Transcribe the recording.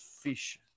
fish